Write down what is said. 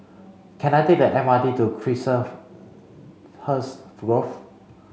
can I take the M R T to Chiselhurst Grove